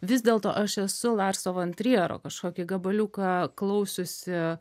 vis dėlto aš esu larso von triero kažkokį gabaliuką klausiusi